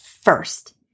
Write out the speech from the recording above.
first